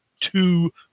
two